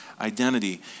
identity